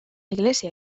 iglesia